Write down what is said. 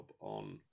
on